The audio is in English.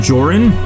Jorin